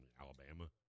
Alabama